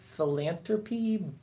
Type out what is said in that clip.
philanthropy